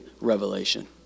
revelation